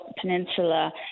Peninsula